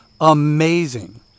amazing